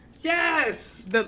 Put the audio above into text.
Yes